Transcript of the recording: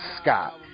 Scott